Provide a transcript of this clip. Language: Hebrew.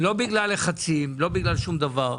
לא בגלל לחצים, לא בגלל שום דבר,